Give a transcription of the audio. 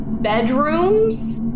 bedrooms